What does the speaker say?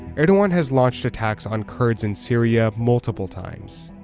erdogan has launched attacks on kurds in syria multiple times.